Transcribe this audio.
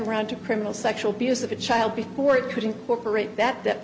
around to criminal sexual abuse of a child before it could incorporate that